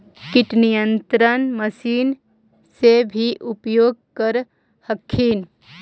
किट नियन्त्रण मशिन से भी उपयोग कर हखिन?